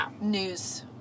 news